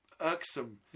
irksome